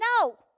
No